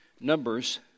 Numbers